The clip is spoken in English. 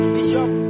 Bishop